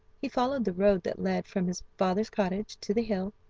he followed the road that led from his father's cottage to the hill,